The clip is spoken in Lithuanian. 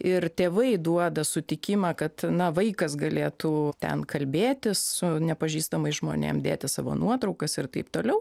ir tėvai duoda sutikimą kad na vaikas galėtų ten kalbėtis su nepažįstamais žmonėm dėti savo nuotraukas ir taip toliau